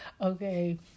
Okay